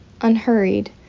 unhurried